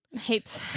Heaps